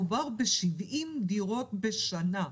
מדובר ב-70 דירות בשנה.